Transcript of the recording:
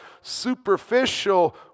superficial